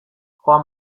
joan